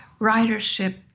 ridership